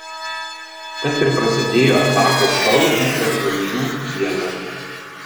tad ir prasidėjo atakų šou lyg per žvaigždžių dieną